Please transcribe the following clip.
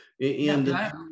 And-